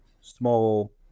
small